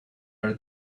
are